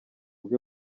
bwe